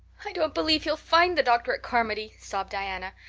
i don't believe he'll find the doctor at carmody, sobbed diana.